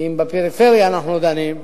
כי אם בפריפריה אנחנו דנים,